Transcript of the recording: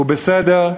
הוא בסדר,